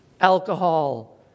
alcohol